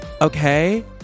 okay